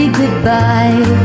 goodbye